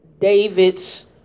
David's